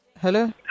hello